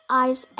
eyes